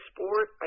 Sport